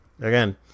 Again